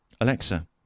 Alexa